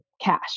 cash